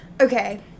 Okay